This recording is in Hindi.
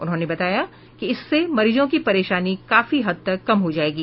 उन्होंने बताया कि इससे मरीजों की परेशानी काफी हद तक कम हो जायेगी